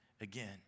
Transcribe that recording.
again